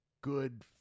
good